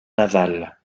navale